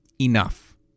enough